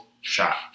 shot